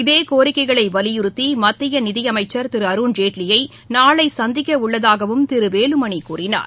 இதே கோரிக்கைகளை வலியுறுத்தி மத்திய நிதி அமைச்சர் திரு அருண்ஜேட்லியை நாளை சந்திக்க உள்ளதாகவும் திரு வேலுமணி கூறினார்